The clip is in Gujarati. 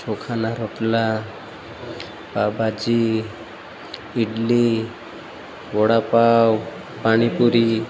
ચોખાના રોટલા પાવભાજી ઇડલી વડાપાવ પાણીપૂરી